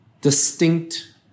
distinct